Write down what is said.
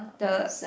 the